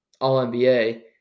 All-NBA